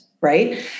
right